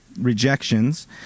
rejections